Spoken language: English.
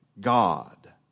God